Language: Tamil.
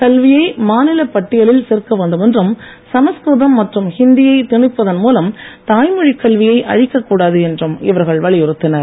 கல்வியை மாநிலப் பட்டியலில் சேர்க்க வேண்டும் என்றும் சமஸ்க்ருதம் மற்றும் ஹிந்தியைத் திணிப்பதன் மூலம் தாய்மொழக் கல்வியை அழிக்கக் கூடாது என்றும் இவர்கள் வலியுறுத்தினர்